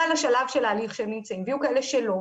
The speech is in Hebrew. השלב של ההליך שהם נמצאים ויהיו כאלה שלא.